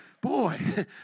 Boy